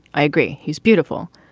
i agree. he's beautiful.